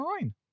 nine